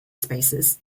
spaces